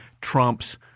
Trump's –